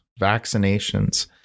vaccinations